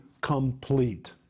complete